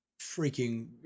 freaking